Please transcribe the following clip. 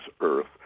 earth